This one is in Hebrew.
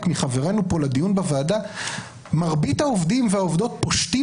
מחברינו פה לדיון בוועדה מרבית העובדים והעובדות פושטים